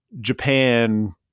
Japan